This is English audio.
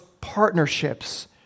partnerships